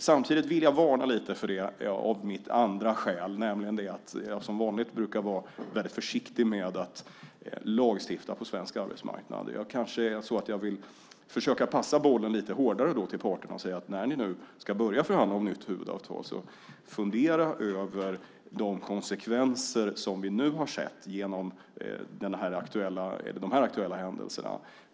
Samtidigt vill jag varna lite för det av mitt andra skäl, nämligen att jag som vanligt brukar vara väldigt försiktig med att lagstifta på svensk arbetsmarknad. Jag kanske vill försöka passa bollen lite hårdare till parterna och säga att när ni nu ska börja förhandla om ett nytt huvudavtal så fundera över de konsekvenser som vi har sett genom de aktuella händelserna.